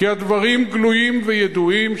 כי הדברים גלויים וידועים,